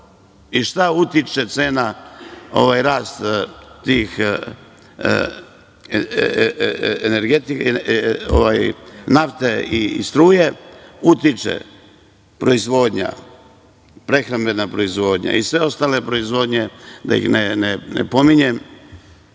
I šta utiče na cenu, na rast tih energetika, nafte i struje? Utiče proizvodnja, prehrambena proizvodnja i sve ostale proizvodnje, da ih ne pominjem